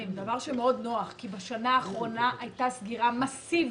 דבר שמאוד נוח כי בשנה האחרונה הייתה סגירה מסיבית.